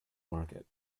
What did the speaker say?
market